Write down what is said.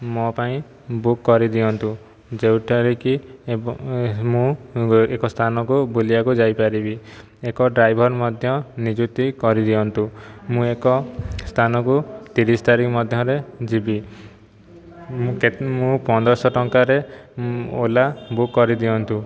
ମୋ ପାଇଁ ବୁକ୍ କରିଦିଅନ୍ତୁ ଯେଉଁଟାରେକି ମୁଁ ଏକ ସ୍ଥାନକୁ ବୁଲିବାକୁ ଯାଇପାରିବି ଏକ ଡ୍ରାଇଭର ମଧ୍ୟ ନିଯୁକ୍ତି କରିଦିଅନ୍ତୁ ମୁଁ ଏକ ସ୍ଥାନକୁ ତିରିଶ ତାରିଖ ମଧ୍ୟରେ ଯିବି ମୁଁ ପନ୍ଦରଶହ ଟଙ୍କାରେ ଉଁ ଓଲା ବୁକ୍ କରିଦିଅନ୍ତୁ